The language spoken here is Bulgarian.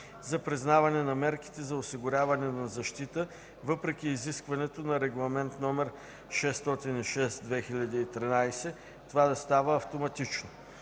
за признаване на мерките за осигуряване на защита, въпреки изискването на Регламент № 606/2013 това да става автоматично.